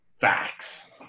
facts